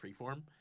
freeform